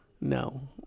No